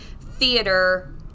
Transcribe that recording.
theater